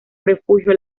refugio